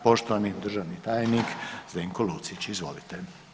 Poštovani državni tajnik Zdenko Lucić, izvolite.